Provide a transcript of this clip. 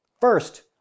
First